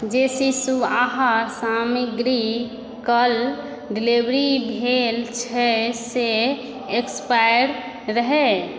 जे शिशु आहार सामग्री काल्हि डिलीवरी भेल छल से एक्सपायर्ड रहय